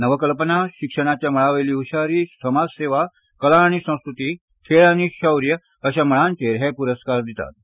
नवकल्पना शिक्षणाच्या मळावेली हुशारी समाजसेवा कला आनी संस्कृती खेळ आनी शौर्य शा मळांचेर हे पुरा स्कार दितात